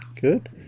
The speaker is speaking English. Good